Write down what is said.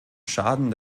schaden